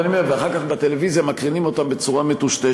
אני אומר: ואחר כך בטלוויזיה מקרינים אותם בצורה מטושטשת.